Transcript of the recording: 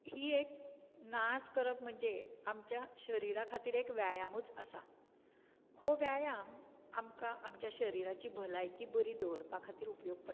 ही एक नाच करप म्हणजे आमच्या शरिरा खातीर एक व्यायामूच आसा हो व्यायाम आमकां आमच्या शरिराची भलायकी बरी दवरपा खातीर उपयोग पडटा